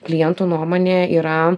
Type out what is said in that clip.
klientų nuomonė yra